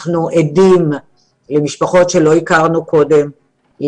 אנחנו עדים למשפחות שלא הכרנו קודם,